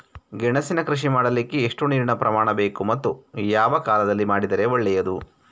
ಗೆಣಸಿನ ಕೃಷಿ ಮಾಡಲಿಕ್ಕೆ ಎಷ್ಟು ನೀರಿನ ಪ್ರಮಾಣ ಬೇಕು ಮತ್ತು ಯಾವ ಕಾಲದಲ್ಲಿ ಮಾಡಿದರೆ ಒಳ್ಳೆಯದು?